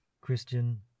Christian